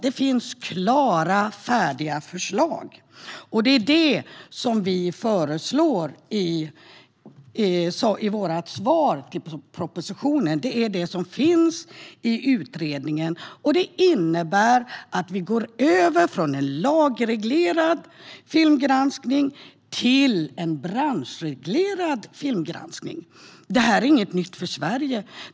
Det finns färdiga förslag. Det som vi föreslår i vårt svar på propositionen är det som finns i utredningen. Det innebär att vi går över från en lagreglerad filmgranskning till en branschreglerad filmgranskning. Detta är inget nytt.